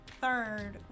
Third